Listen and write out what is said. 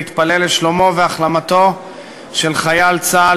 להתפלל לשלומו ולהחלמתו של חייל צה"ל